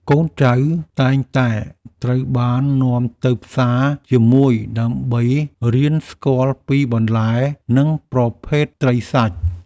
កូនចៅតែងតែត្រូវបាននាំទៅផ្សារជាមួយដើម្បីរៀនស្គាល់ពីបន្លែ និងប្រភេទត្រីសាច់។